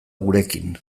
gurekin